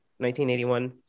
1981